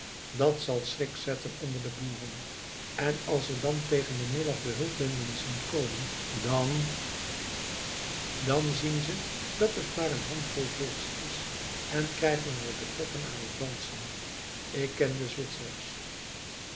dat zal schrik zetten onder de boeren en als ze dan tegen den middag de hulpbenden zien komen dan dan zien ze dat het maar een handvol volks is en krijgen we de poppen aan het dansen ik ken de zwitsers